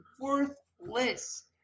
worthless